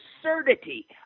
absurdity